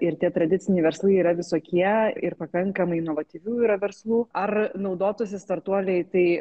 ir tie tradiciniai verslai yra visokie ir pakankamai inovatyvių yra verslų ar naudotųsi startuoliai tai